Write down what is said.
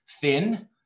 thin